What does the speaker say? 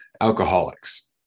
alcoholics